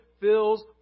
fills